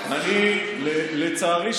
לצערי,